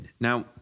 Now